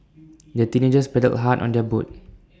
the teenagers paddled hard on their boat